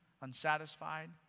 unsatisfied